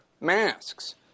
masks